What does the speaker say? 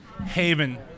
Haven